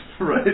right